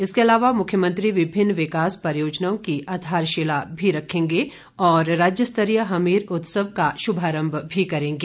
इसके अलावा मुख्यमंत्री विभिन्न विकास परियोजनाओं की आधारशिला भी रखेंगे और राज्य स्तरीय हमीर उत्सव का शुभारंभ भी करेंगे